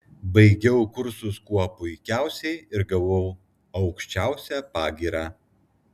baigiau kursus kuo puikiausiai ir gavau aukščiausią pagyrą